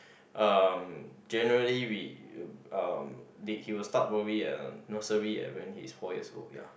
um generally we um late he will start probably at nursery and when he is four years old ya